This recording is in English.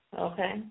Okay